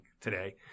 today